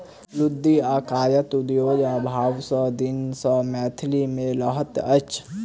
लुगदी आ कागज उद्योगक अभाव सभ दिन सॅ मिथिला मे रहल अछि